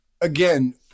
again